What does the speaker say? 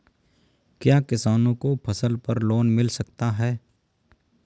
क्या किसानों को फसल पर लोन मिल सकता है?